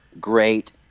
great